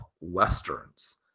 Westerns